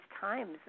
times